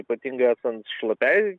ypatingai esant šlapiai